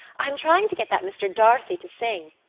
i'm trying to get that mr. d'arcy to sing.